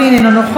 אינו נוכח,